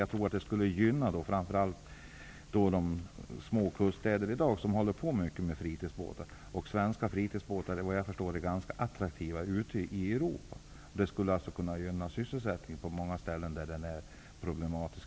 Jag tror att en sådan ändring av reglerna skulle gynna de små kuststäder där många i dag håller på med fritidsbåtar, och eftersom svenska fritidsbåtar efter vad jag förstår är ganska attraktiva ute i Europa, skulle detta kunna gynna sysselsättningen på många ställen där den i dag är problematisk.